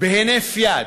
בהינף יד,